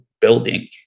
building